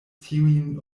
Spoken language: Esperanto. tiujn